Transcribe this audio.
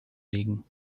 liegen